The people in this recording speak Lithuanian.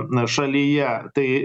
na šalyje tai